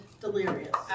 delirious